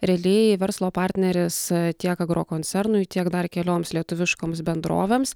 realiai verslo partneris tiek agrokoncernui tiek dar kelioms lietuviškoms bendrovėms